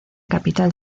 capital